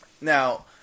Now